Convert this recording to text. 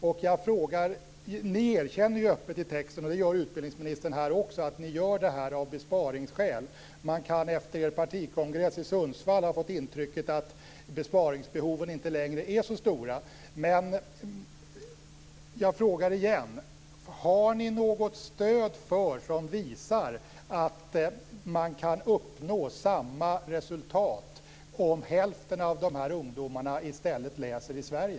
I propositionens text erkänner regeringen öppet - och utbildningsministern gör det också här - att detta görs av besparingsskäl. Efter partikongressen i Sundsvall kan man ha fått intrycket att besparingsbehoven inte längre är så stora. Men jag frågar igen: Har regeringen något stöd för att man kan uppnå samma resultat om hälften av de här ungdomarna i stället läser i Sverige?